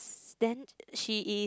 then she is